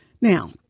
Now